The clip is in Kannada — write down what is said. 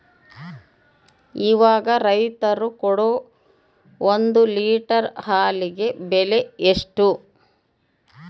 ಇವಾಗ ರೈತರು ಕೊಡೊ ಒಂದು ಲೇಟರ್ ಹಾಲಿಗೆ ಬೆಲೆ ಎಷ್ಟು?